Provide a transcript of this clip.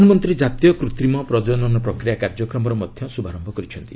ପ୍ରଧାନମନ୍ତ୍ରୀ କାତୀୟ କୃତ୍ରିମ ପ୍ରକନନ ପ୍ରକ୍ରିୟା କାର୍ଯ୍ୟକ୍ରମର ମଧ୍ୟ ଶୁଭାରମ୍ଭ କରିଛନ୍ତି